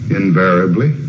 invariably